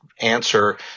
answer